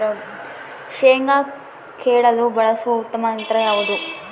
ಶೇಂಗಾ ಕೇಳಲು ಬಳಸುವ ಉತ್ತಮ ಯಂತ್ರ ಯಾವುದು?